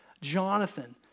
Jonathan